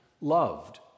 loved